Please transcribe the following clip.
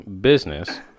business